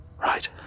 Right